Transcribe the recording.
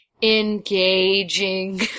engaging